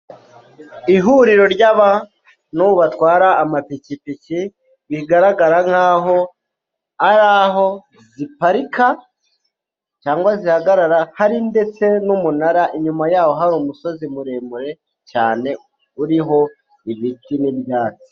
Ihuriro ry' abantu batwara amapikipiki bigaragara nkaho ariho ziparika, cyangwa zihagarara. Hari ndetse n'umunara, inyuma yaho hari umusozi muremure cyane uriho ibiti n'ibyatsi.